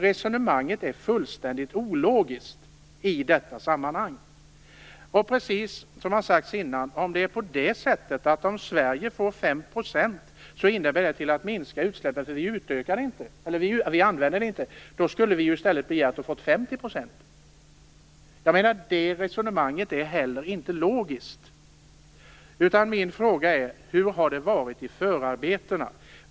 Resonemanget är fullständigt ologiskt i detta sammanhang. Det har tidigare sagts att utsläppen minskar om Sverige tillåts öka sina utsläpp med 5 % därför att vi inte använder vår kvot. Om det är på det sättet skulle vi i stället ha begärt 50 %. Det resonemanget är heller inte logiskt. Hur har det varit under förarbetena?